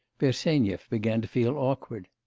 bersenyev began to feel awkward.